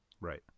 right